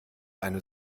eine